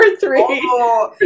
three